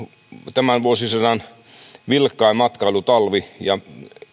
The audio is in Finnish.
tämän vuosisadan vilkkain matkailutalvi ja